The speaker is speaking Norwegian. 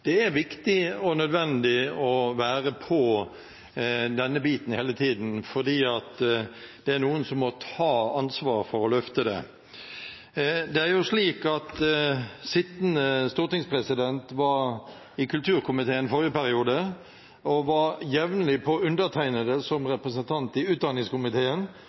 Det er viktig og nødvendig å være på dette hele tiden, for noen må ta ansvar for å løfte det. Sittende stortingspresident var i kulturkomiteen i forrige periode og var jevnlig på undertegnede som representant i utdanningskomiteen